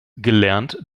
gelernt